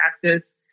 practice